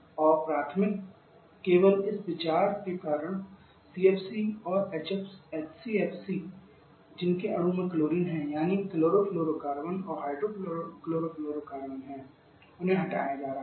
और प्राथमिक केवल इस विचार के कारण सीएफसी और एचसीएफसी जिनके अणु में क्लोरीन है यानी क्लोरोफ्लोरोकार्बन और हाइड्रोक्लोरोफ्लोरोकार्बन हैं उन्हें हटाया जा रहा है